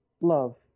love